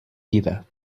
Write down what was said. گیرم